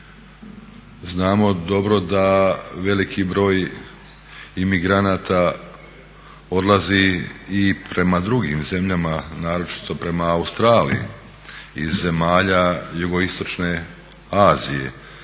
Znamo dobro da veliki broj imigranata odlazi i prema drugim zemljama, naročito prema Australiji iz zemalja jugoistočne Azije